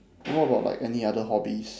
what about like any other hobbies